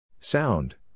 Sound